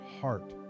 heart